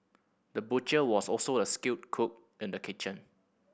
the butcher was also a skilled cook in the kitchen